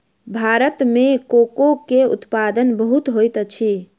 भारत में कोको के उत्पादन बहुत होइत अछि